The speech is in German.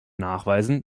nachweisen